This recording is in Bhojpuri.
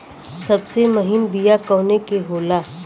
सबसे महीन बिया कवने के होला?